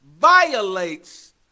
violates